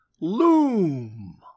Loom